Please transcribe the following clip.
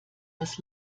das